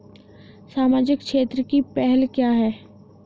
सामाजिक क्षेत्र की पहल क्या हैं?